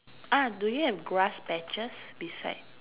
ah do you have grass patches beside